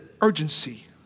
urgency